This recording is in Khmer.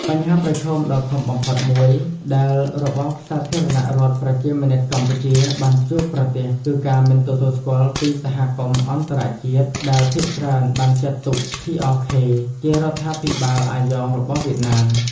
បញ្ហាប្រឈមដ៏ធំបំផុតមួយ ដែលរបបសាធារណរដ្ឋប្រជាមានិតកម្ពុជា បានជួបប្រទះគឺការមិនទទួលស្គាល់ពីសហគមន៍អន្តរជាតិ ដែលភាគច្រើនបានចាត់ទុក PRK ជារដ្ឋាភិបាលអាយ៉ងរបស់វៀតណាម។